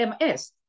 MS